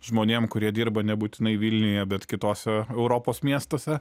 žmonėm kurie dirba nebūtinai vilniuje bet kitose europos miestuose